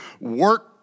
work